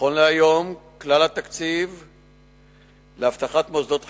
נכון להיום, כלל התקציב לאבטחת מוסדות חינוך,